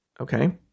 okay